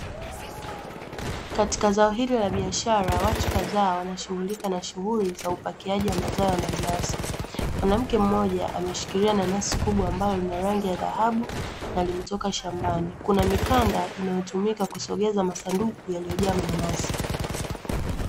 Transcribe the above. Katika zao hili la biashara, watu kadhaa wanashughulika na shughuli za upakiaji wa mazao ya mananasi, mwanamke mmoja ameshikilia nanasi kubwa ambalo lina rangi ya dhahabu na limetoka shambani, kuna mikanda inayotumika kusogeza masanduku yaliyojaa mananasi.